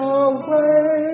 away